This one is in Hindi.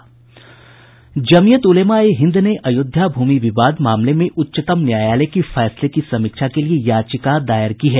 जमीअत उलमा ए हिन्द ने अयोध्या भूमि विवाद मामले में उच्चतम न्यायालय के फैसले की समीक्षा के लिए याचिका दायर की है